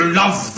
love